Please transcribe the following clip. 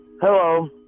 Hello